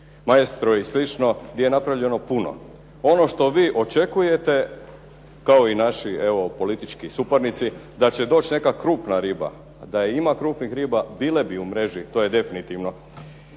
"Maestro" i sl. gdje je napravljeno puno. Ono što vi očekujete, kao i naši evo politički suparnici, da će doći neka krupna riba. Da ima krupnih riba bile bi u mreži, to je definitivno.